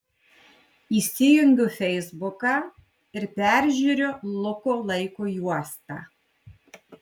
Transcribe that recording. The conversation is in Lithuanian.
įsijungiu feisbuką ir peržiūriu luko laiko juostą